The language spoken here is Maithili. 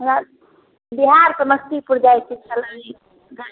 हमरा बिहार समस्तीपुर जायके छलै ई गाड़ी से